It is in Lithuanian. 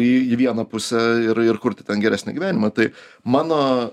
į į vieną pusę ir ir kurti ten geresnį gyvenimą tai mano